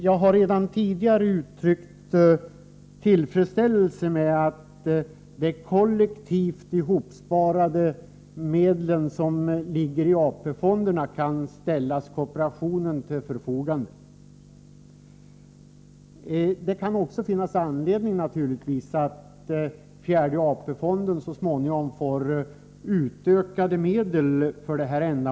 Jag har redan tidigare uttryckt tillfredsställelse med att de kollektivt ihopsparade medlen i AP-fonderna skall ställas till kooperationens förfogande. Det kan naturligtvis finnas anledning att så småningom ge den fjärde AP-fonden utökade medel.